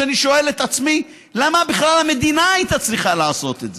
שאני שואל את עצמי: למה בכלל המדינה הייתה צריכה לעשות את זה,